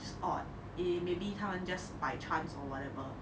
or eh maybe 他们 just by chance or whatever